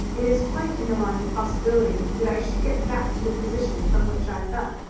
it is quite in the line of possibility that i should get back to the position from which i fell.